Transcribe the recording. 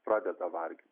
pradeda varginti